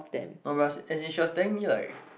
no but as in she was telling me like